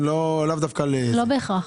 לא בהכרח.